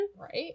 Right